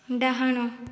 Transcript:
ଡାହାଣ